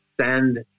send